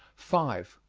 five.